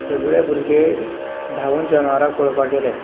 सगळें भुरगें धावून जनवरांक पळोवपाक गेले